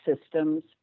systems